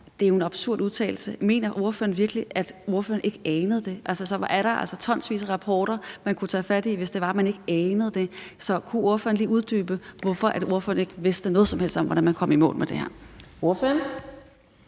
det er jo en absurd udtalelse: Mener ordføreren virkelig, at ordføreren ikke anede det? Så er der altså tonsvis af rapporter, man kunne tage fat i, hvis man ikke anede det. Så kan ordføreren lige uddybe, hvorfor ordføreren ikke vidste noget som helst om, hvordan man kom i mål med det her? Kl.